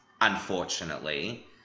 unfortunately